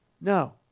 No